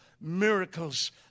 miracles